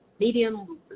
Medium